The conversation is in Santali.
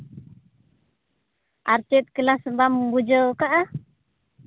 ᱟᱨ ᱪᱮᱫ ᱠᱞᱟᱥ ᱵᱟᱢ ᱵᱩᱡᱷᱟᱹᱣ ᱠᱟᱜᱼᱟ